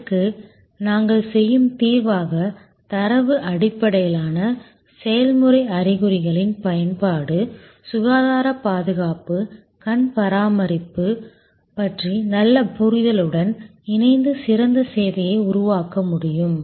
இதற்கு நாங்கள் செய்யும் தீர்வாக தரவு அடிப்படையிலான செயல்முறை அறிகுறிகளின் பயன்பாடு சுகாதாரப் பாதுகாப்பு கண் பராமரிப்பு பற்றிய நல்ல புரிதலுடன் இணைந்து சிறந்த சேவையை உருவாக்க முடியும்